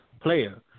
player